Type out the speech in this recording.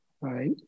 right